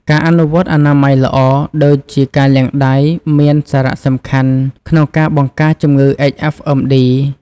ការអនុវត្តអនាម័យល្អ ដូចជាការលាងដៃ មានសារៈសំខាន់ក្នុងការបង្ការជំងឺ HFMD ។